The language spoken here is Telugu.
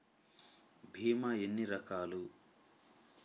భీమ ఎన్ని రకాలు?